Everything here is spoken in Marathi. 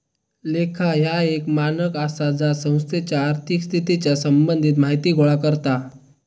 लेखा ह्या एक मानक आसा जा संस्थेच्या आर्थिक स्थितीच्या संबंधित माहिती गोळा करता